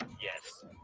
Yes